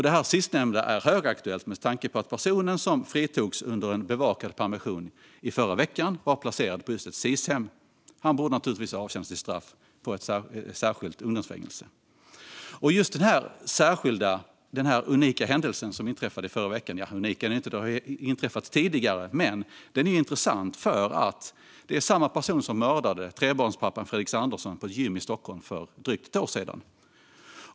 Det sistnämnda är högaktuellt med tanke på att den person som förra veckan fritogs under en bevakad permission var placerad på just ett Sis-hem. Han borde naturligtvis ha avtjänat sitt straff på ett särskilt ungdomsfängelse. Just denna unika händelse - unik är den i och för sig inte; detta har ju inträffat tidigare - som inträffade förra veckan är intressant. Det rör sig nämligen om samma person som mördade trebarnspappan Fredrik Andersson på ett gym i Stockholm för drygt ett år sedan.